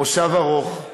מושב ארוך,